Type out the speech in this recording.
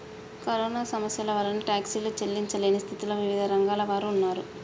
corona సమస్య వలన టాక్సీలు చెల్లించలేని స్థితిలో వివిధ రంగాల వారు ఉన్నారు